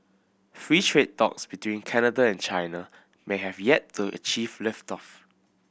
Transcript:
free trade talks between Canada and China may have yet to achieve lift off